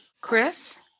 Chris